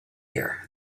here